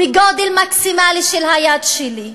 בגודל מקסימלי של היד שלי,